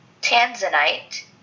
Tanzanite